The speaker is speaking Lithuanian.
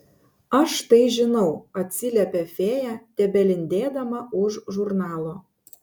aš tai žinau atsiliepia fėja tebelindėdama už žurnalo